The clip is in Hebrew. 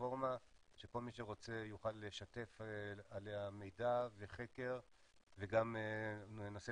פלטפורמה שכל מי שרוצה יוכל לשתף עליה מידע וחקר וגם ננסה